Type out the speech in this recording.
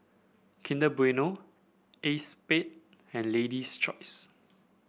Kinder Bueno Acexspade and Lady's Choice